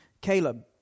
Caleb